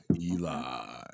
Eli